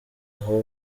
aho